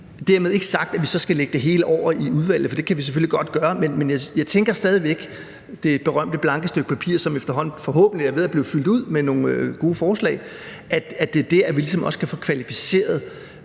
Dermed ikke sagt, at vi så skal lægge det hele over i udvalget. For det kan vi selvfølgelig godt gøre, men jeg tænker stadig væk på det berømte blanke stykke papir, som efterhånden forhåbentlig er ved at blive fyldt ud med nogle gode forslag, og at det ligesom også er der, vi kan få det kvalificeret.